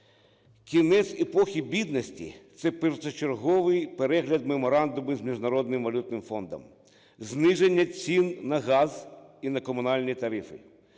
Кінець епохи бідності – це першочерговий перегляд меморандуму з Міжнародним валютним фондом, зниження цін на газ і на комунальні тарифи.